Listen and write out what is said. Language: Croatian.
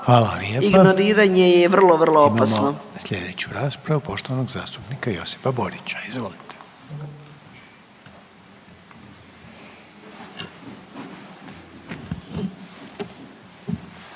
desilo. No, ignoriranje je vrlo, vrlo opasno.